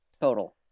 total